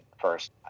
first